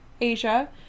Asia